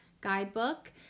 Guidebook